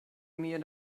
mir